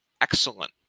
excellent